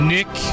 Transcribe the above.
Nick